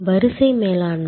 வரிசை மேலாண்மை